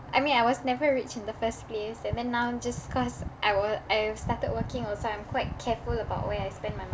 I mean I was never rich in the first place and then now just cause I will I've started working also I'm quite careful about where I spend my